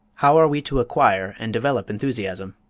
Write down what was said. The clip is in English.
how are we to acquire and develop enthusiasm?